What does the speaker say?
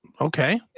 Okay